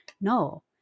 No